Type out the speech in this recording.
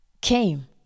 came